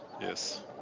yes